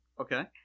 Okay